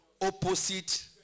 opposite